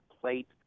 plate